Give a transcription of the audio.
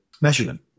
measurement